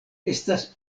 estas